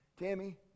Tammy